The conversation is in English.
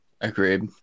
agreed